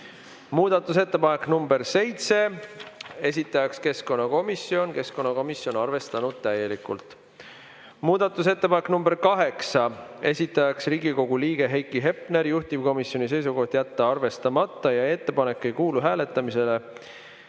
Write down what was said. Muudatusettepanek nr 7, esitajaks keskkonnakomisjon, keskkonnakomisjon on arvestanud täielikult. Muudatusettepanek nr 8, esitajaks Riigikogu liige Heiki Hepner, juhtivkomisjoni seisukoht on jätta arvestamata ja ettepanek ei kuulu hääletamisele